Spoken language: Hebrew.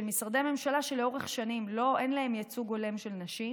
משרדי ממשלה שלאורך שנים אין בהם ייצוג הולם של נשים,